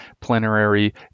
plenary